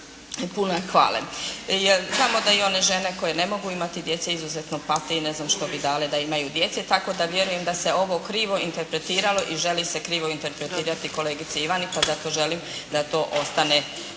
i puna hvale. Jer, znamo da i one žene koje ne mogu imati djece izuzetne pate i ne znam što bi dale da imaju djecu, tako da vjerujem da se ovo krivo interpretiralo i želi se krivo interpretirati kolegici Ivani pa zato želim da to ne ostane